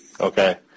okay